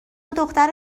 دختر